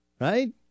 right